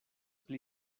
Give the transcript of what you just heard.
pli